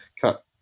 cut